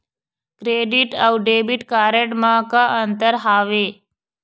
Credit अऊ debit card म का अंतर हावे?